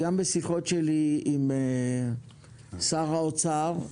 בשיחות שלי עם שר האוצר,